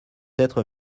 être